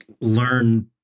learn